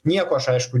nieko aš aišku